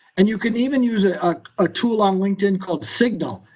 and you can even use a ah ah tool on linkedin called signal,